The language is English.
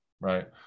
Right